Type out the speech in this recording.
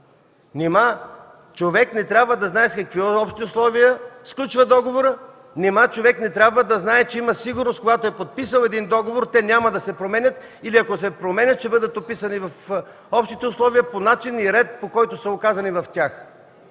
Нима човек не трябва да знае при какви общи условия сключва договора?! Нима човек не трябва да знае, че има сигурност, когато е подписал един договор, и че те няма да се променят и ако се променят, ще бъдат описани в общите условия по начин и ред, които са указани в тях?!